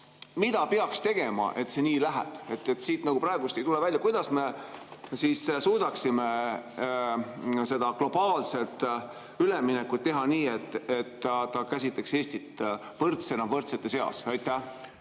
mida peaks tegema, et see nii läheks? Siit nagu praegu ei tule see välja. Kuidas me suudaksime seda globaalset üleminekut teha nii, et see käsitleks Eestit võrdsena võrdsete seas? Suur